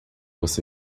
você